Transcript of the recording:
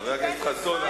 חבר הכנסת חסון,